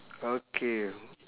okay